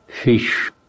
fish